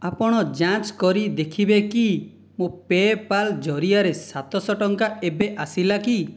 ଆପଣ ଯାଞ୍ଚ କରି ଦେଖିବେ କି ମୋ' ପେପାଲ୍ ଜରିଆରେ ସାତଶହ ଟଙ୍କା ଏବେ ଆସିଲା କି